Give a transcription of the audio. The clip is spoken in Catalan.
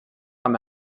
amb